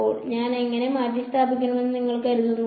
അപ്പോൾ ഞാൻ എങ്ങനെ മാറ്റിസ്ഥാപിക്കണമെന്ന് നിങ്ങൾ കരുതുന്നു